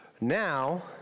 now